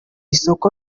soko